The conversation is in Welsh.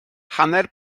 hanner